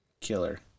killer